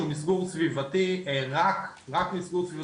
מסגור סביבתי ירוק,